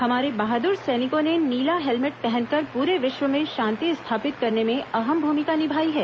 हमारे बहादुर सैनिकों ने नीला हेलमेट पहनकर पूरे विश्व में शांति स्थापित करने में अहम भूमिका निभाई है